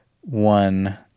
one